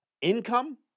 income